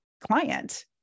client